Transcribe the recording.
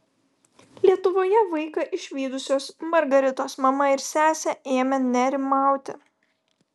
lietuvoje vaiką išvydusios margaritos mama ir sesė ėmė nerimauti